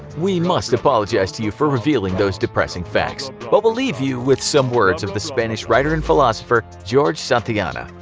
we must apologize to you for revealing those depressing facts, but we'll leave you with some words of the spanish writer and philosopher george santayana,